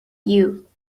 you